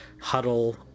huddle